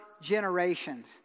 generations